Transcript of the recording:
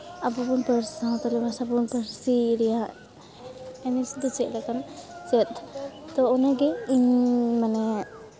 ᱟᱵᱚ ᱵᱚᱱ ᱥᱟᱱᱛᱟᱲᱤ ᱵᱷᱟᱥᱟ ᱵᱚᱱ ᱯᱟᱹᱨᱥᱤ ᱨᱮᱭᱟᱜ ᱮᱱᱮᱡ ᱫᱚ ᱪᱮᱫ ᱞᱮᱠᱟᱱᱟ ᱪᱮᱫ ᱛᱚ ᱚᱱᱟᱜᱮ ᱤᱧ ᱢᱟᱱᱮ